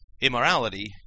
immorality